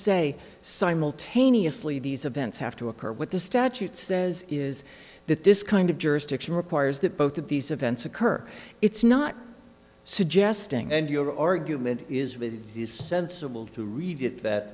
say simultaneously these events have to occur what the statute says is that this kind of jurisdiction requires that both of these events occur it's not suggesting and your argument is with it is sensible to read it that